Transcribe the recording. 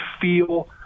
feel